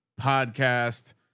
podcast